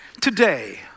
today